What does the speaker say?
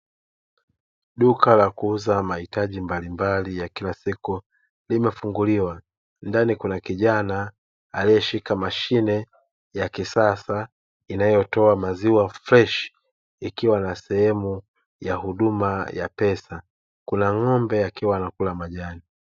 Duka la kuuza mahitaji mbalimbali ya kila siku limefunguliwa, ndani kuna kijana aliyeshika mashine ya kisasa inayotoa maziwa freshi ikiwa na sehemu ya huduma ya pesa; kuna ng'ombe akiwa anakula majani